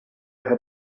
had